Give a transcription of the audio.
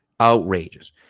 Outrageous